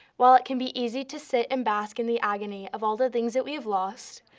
while it can be easy to sit and bask in the agony of all the things that we've lost,